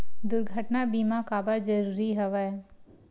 दुर्घटना बीमा काबर जरूरी हवय?